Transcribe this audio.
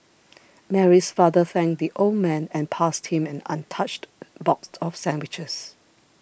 Mary's father thanked the old man and passed him an untouched box of sandwiches